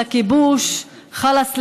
חלאס לכיבוש, חלאס להסתה,